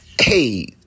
hey